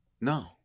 No